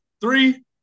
three